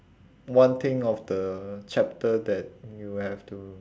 one thing of the chapter that you have to